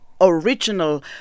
original